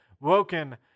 Woken